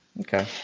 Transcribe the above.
okay